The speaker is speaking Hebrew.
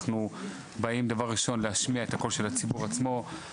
אנחנו באים דבר ראשון להשמיע את הקול של הציבור עצמו.